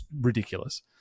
ridiculous